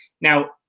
now